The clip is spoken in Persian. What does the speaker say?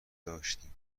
داشتیم